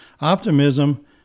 Optimism